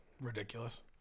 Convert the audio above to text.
Ridiculous